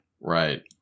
Right